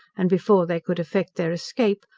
and before they could effect their escape,